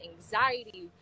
anxiety